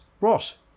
Ross